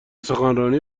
سخنرانی